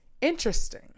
interesting